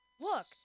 Look